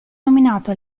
nominato